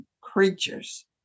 creatures